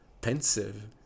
pensive